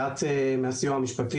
גם החוב גדל כי יש ריבית.